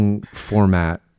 format